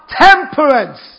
temperance